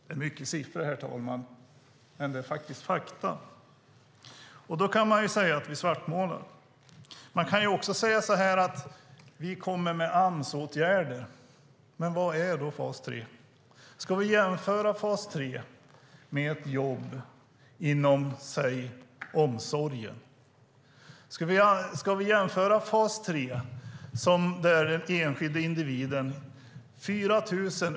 Det är mycket siffror, herr talman, men det är faktiskt fakta. Och då kan man säga att vi svartmålar. Man kan också säga att vi kommer med Ams-åtgärder. Men vad är då fas 3? Ska vi jämföra fas 3 med ett jobb inom till exempel omsorgen?